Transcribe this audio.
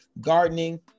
gardening